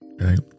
Right